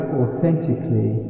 authentically